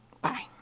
Bye